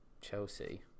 Chelsea